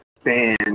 stand